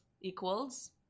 equals